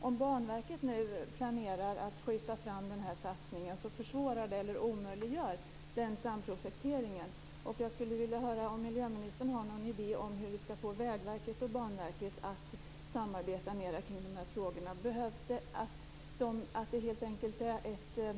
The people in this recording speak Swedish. Om Banverket nu planerar att skjuta fram den här satsningen så omöjliggör det samprojekteringen. Jag skulle vilja höra om miljöministern har någon idé om hur vi ska få Vägverket och Banverket att samarbeta mer kring dessa frågor. Behövs det helt enkelt ett trafikverk, en sammanslagning av de båda verken, för att det ska bli en lösning?